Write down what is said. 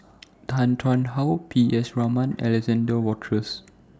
Tan Tarn How P S Raman and Alexander Wolters